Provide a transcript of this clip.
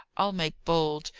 i'll make bold,